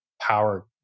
power